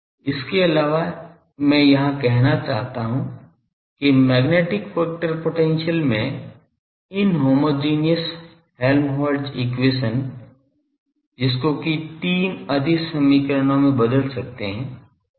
इसके अलावा मैं यहाँ कहना चाहता हूँ कि मैग्नेटिक वेक्टर पोटेंशियल में इनहोमोजेनियस हेल्म्होल्त्ज़ एक्वेशन जिसको की तीन अदिश समीकरणों में बदल सकते है